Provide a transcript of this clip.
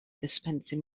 dispensing